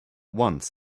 once